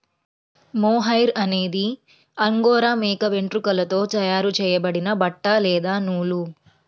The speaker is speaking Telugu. మొహైర్ అనేది అంగోరా మేక వెంట్రుకలతో తయారు చేయబడిన బట్ట లేదా నూలు